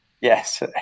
Yes